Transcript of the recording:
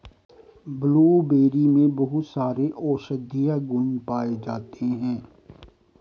blueberry में बहुत सारे औषधीय गुण पाये जाते हैं